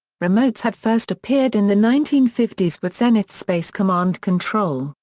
remotes had first appeared in the nineteen fifty s with zenith's space command control,